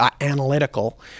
analytical